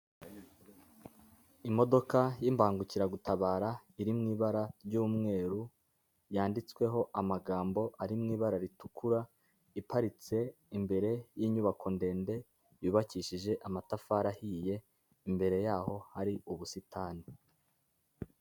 Imodoka y'imbangukiragutabara iri mw'ibara ry'umweru yanditsweho amagambo ari mu ibara ritukura, iparitse imbere y'inyubako ndende yubakishije amatafari ahiye, imbere yaho hari ubusitani.